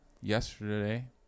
yesterday